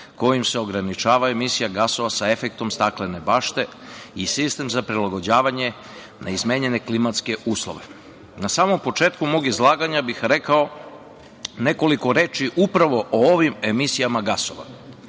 kojim se ograničava emisija gasova sa efektom staklene bašte i sistem za prilagođavanje na izmenjene klimatske uslove. Na samom početku mog izlaganja bih rekao nekoliko reči upravo o ovim emisijama gasova.